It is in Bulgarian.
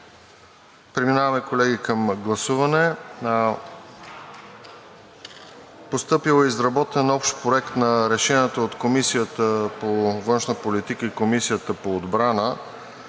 Преминаваме към гласуване, колеги. Постъпил е изработен общ проект на решението от Комисията по външна политика и Комисията по отбрана,